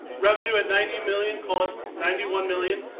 revenue at ninety million, call it ninety one million,